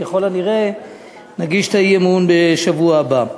ככל הנראה נגיש את האי-אמון בשבוע הבא.